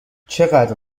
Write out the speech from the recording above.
چقدر